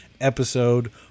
episode